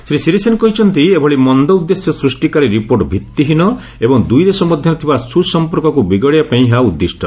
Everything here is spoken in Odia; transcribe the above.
ଶ୍ରୀ ସିରିସେନ କହିଛନ୍ତି ଏଭଳି ମନ୍ଦ ଉଦ୍ଦେଶ୍ୟ ସୃଷ୍ଟିକାରୀ ରିପୋର୍ଟ ଭିଭିହୀନ ଏବଂ ଦୁଇଦେଶ ମଧ୍ୟରେ ଥିବା ସୁସଂପର୍କକୁ ବିଗାଡ଼ିବା ପାଇଁ ଏହା ଉଦ୍ଦିଷ୍ଟ